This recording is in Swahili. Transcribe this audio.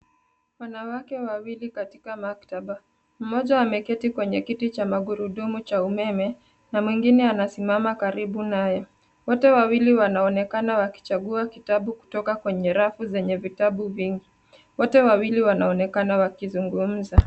Wanawake wawili katika maktaba. Mmoja ameketi kwenye kiti cha magurudumu cha umeme na mwingine anasimama karibu naye. Wote wawili wanaonekana wakichangua kitabu kutoka kwenye rafu zenye vitabu vingi. Wote wawili wanaonekana wakizungumza.